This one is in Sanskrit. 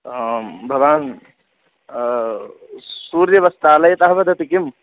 आं भवान् सूर्यवस्त्रालयतः वदति किं